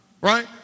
right